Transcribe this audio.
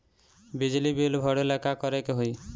बिजली बिल भरेला का करे के होई?